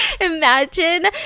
Imagine